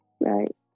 right